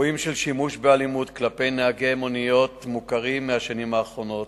אירועים של שימוש באלימות כלפי נהגי מוניות מוכרים מהשנים האחרונות,